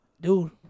dude